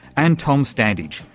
and tom standage,